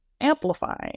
amplifying